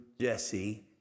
Jesse